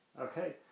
okay